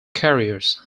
careers